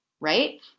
right